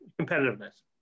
competitiveness